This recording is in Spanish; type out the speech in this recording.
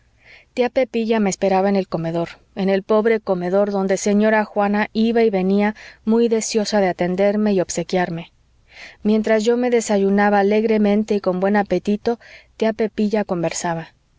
tía pepilla me esperaba en el comedor en el pobre comedor donde señora juana iba y venía muy deseosa de atenderme y obsequiarme mientras yo me desayunaba alegremente y con buen apetito tía pepilla conversaba